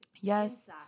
Yes